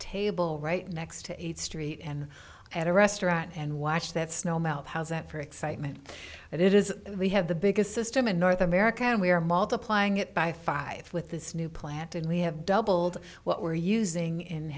table right next to each street and at a restaurant and watch that snow melt how's that for excitement that it is we have the biggest system in north america and we are multiplying it by five with this new plant and we have doubled what we're using